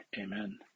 amen